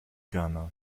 gerne